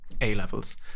A-levels